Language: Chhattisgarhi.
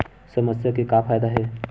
समस्या के का फ़ायदा हे?